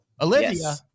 Olivia